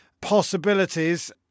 possibilities